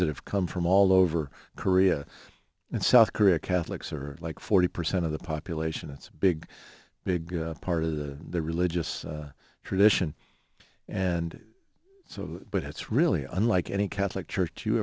that have come from all over korea and south korea catholics are like forty percent of the population it's a big big part of the religious tradition and so but it's really unlike any catholic church you